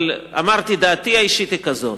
אמרתי שדעתי האישית היא כזאת,